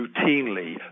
routinely